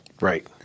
Right